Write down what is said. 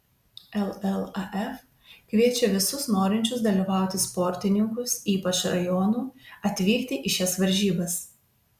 llaf kviečia visus norinčius dalyvauti sportininkus ypač rajonų atvykti į šias varžybas